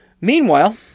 Meanwhile